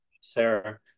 Sarah